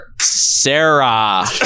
Sarah